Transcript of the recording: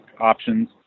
options